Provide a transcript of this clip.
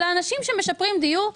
אלא אנשים שמשפרים דיור.